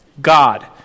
God